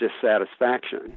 dissatisfaction